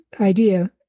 idea